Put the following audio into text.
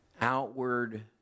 Outward